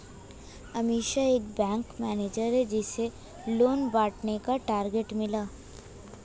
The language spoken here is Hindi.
अमीषा एक बैंक मैनेजर है जिसे लोन बांटने का टारगेट मिला